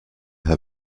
herr